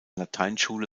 lateinschule